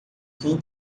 quem